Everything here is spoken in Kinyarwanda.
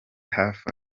hafi